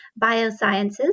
Biosciences